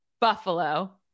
Buffalo